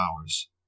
hours